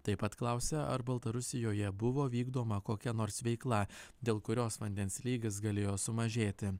taip pat klausia ar baltarusijoje buvo vykdoma kokia nors veikla dėl kurios vandens lygis galėjo sumažėti